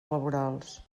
laborals